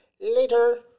later